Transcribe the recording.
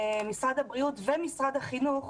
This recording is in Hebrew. ממשרד הבריאות ומשרד החינוך,